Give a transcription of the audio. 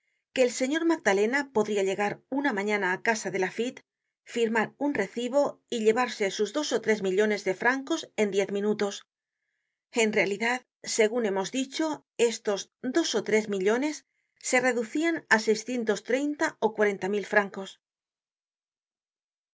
que el señor magdalena podria llegar una mañana á casa de laffitte firmar un recibo y llevarse sus dos ó tres millones de francos en diez minutos en realidad segun hemos dicho estos dos ó tres millones se reducian á seiscientos treinta ó cuarenta mil francos